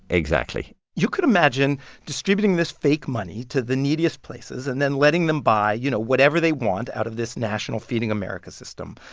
exactly you could imagine distributing this fake money to the neediest places and then letting them buy, you know, whatever they want out of this national feeding america system.